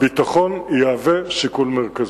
הביטחון יהווה שיקול מרכזי.